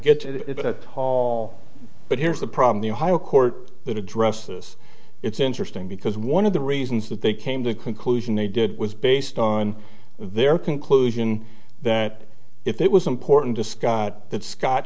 get it at all but here's the problem the higher court would address this it's interesting because one of the reasons that they came to a conclusion they did was based on their conclusion that if it was important to scott